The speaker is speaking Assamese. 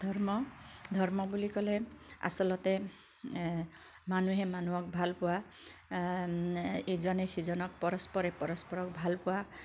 ধৰ্ম ধৰ্ম বুলি ক'লে আচলতে মানুহে মানুহক ভাল পোৱা ইজনে সিজনক পৰস্পৰে পৰস্পৰক ভাল পোৱা